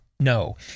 No